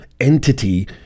entity